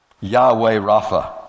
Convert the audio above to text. Yahweh-Rapha